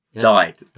Died